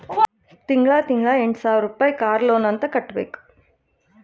ತಿಂಗಳಾ ತಿಂಗಳಾ ಎಂಟ ಸಾವಿರ್ ರುಪಾಯಿ ಕಾರ್ ಲೋನ್ ಅಂತ್ ಕಟ್ಬೇಕ್